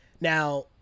now